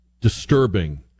disturbing